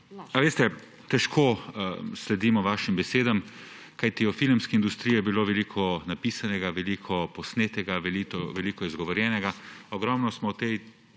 Veste, težko sledimo vašim besedam, kajti o filmski industriji je bilo veliko napisanega, veliko posnetega, veliko izgovorjenega, ogromno smo o tej